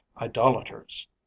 idolaters